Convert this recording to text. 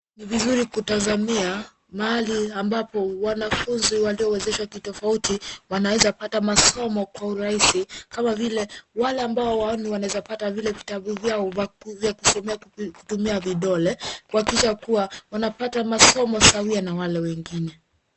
Ni vizuri kutazamia mahali ambapo wanafunzi waliowezeshwa kitofauti wanaweza pata masomo kwa urahisi kama vile wale ambao hawaoni wanaeza pata vile vitabu vyao vya kusomea kutumia vidole kuhakikisha kuwa wanapata masomo sawia na wale wengine